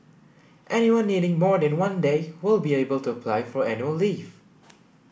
anyone needing more than one day will be able to apply for annual leave